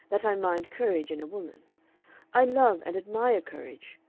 that i mind courage in a woman i love and admire courage.